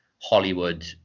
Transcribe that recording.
Hollywood